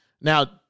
Now